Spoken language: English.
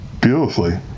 beautifully